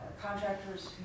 contractors